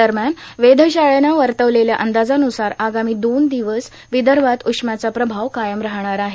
दरम्यान वेदशाळेनं वर्तवलेल्या अंदाजानुसार आगामी दोन दिवस विदर्भात उष्ण्याचा प्रभाव कायम राहणार आहे